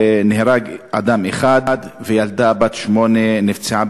שנהרג בה אדם אחד וילדה בת שמונה נפצעה